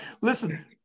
Listen